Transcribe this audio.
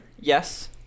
yes